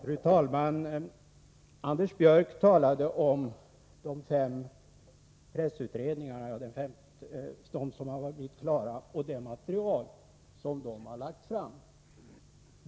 Fru talman! Anders Björck talade om de fem pressutredningar som har blivit klara och det material som de har lagt fram.